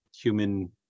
human